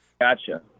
Gotcha